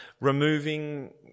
removing